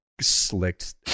slicked